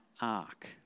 ark